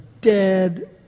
dead